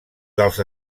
dels